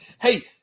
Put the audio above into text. Hey